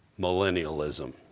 Millennialism